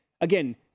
Again